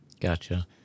Gotcha